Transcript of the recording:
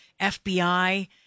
FBI